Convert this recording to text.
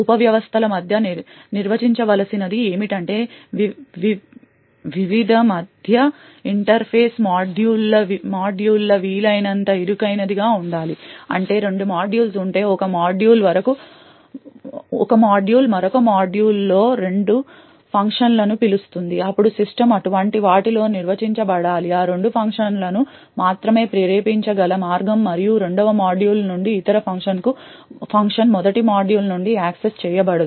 ఉప వ్యవస్థల మధ్య నిర్వచించవలసినది ఏమిటంటే వివిధమధ్య ఇంటర్ఫేస్ మాడ్యూళ్ళ వీలైనంత ఇరుకైనదిగా ఉండాలి అంటే రెండు మాడ్యూల్స్ ఉంటే ఒక మాడ్యూల్ మరొక మాడ్యూల్లో రెండు ఫంక్షన్లను పిలుస్తుంది అప్పుడు సిస్టమ్ అటువంటి వాటిలో నిర్వచించబడాలి ఆ రెండు ఫంక్షన్లను మాత్రమే ప్రేరేపించగల మార్గం మరియు రెండవ మాడ్యూల్ నుండి ఇతర ఫంక్షన్ మొదటి మాడ్యూల్ నుండి యాక్సెస్ చేయబడదు